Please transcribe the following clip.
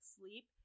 sleep